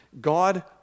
God